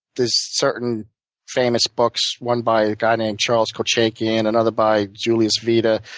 there's certain famous books, one by a guy named charles kochaki, and another by julius vida,